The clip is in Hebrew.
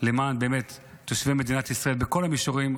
למען תושבי מדינת ישראל בכל המישורים,